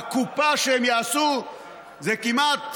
הקופה שהם יעשו זה כמעט